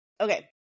Okay